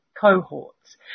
cohorts